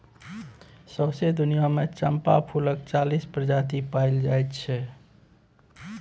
सौंसे दुनियाँ मे चंपा फुलक चालीस प्रजाति पाएल जाइ छै